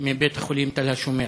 מבית-החולים "תל-השומר",